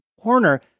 Horner